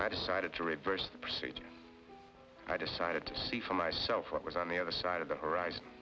i decided to reverse the procedure i decided to see for myself what was on the other side of the horizon